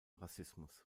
rassismus